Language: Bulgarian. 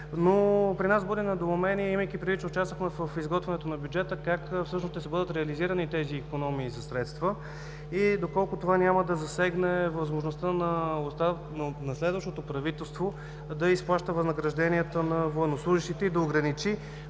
но при нас буди недоумение, имайки предвид, че участвахме в изготвянето на бюджета, как всъщност ще бъдат реализирани тези икономии на средства и доколко това няма да засегне възможността на следващото правителство да изплаща възнагражденията на военнослужещите и да ограничи